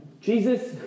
Jesus